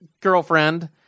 girlfriend